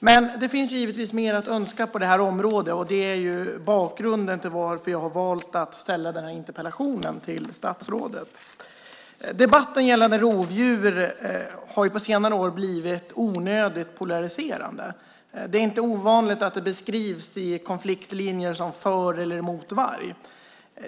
Men det finns givetvis mer att önska på det här området, och det är bakgrunden till att jag har valt att ställa den här interpellationen till statsrådet. Debatten gällande rovdjur har på senare år blivit onödigt polariserande. Det är inte ovanligt att det beskrivs i konfliktlinjer som för eller mot varg.